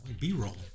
B-roll